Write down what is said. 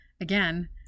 again